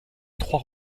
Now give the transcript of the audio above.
trois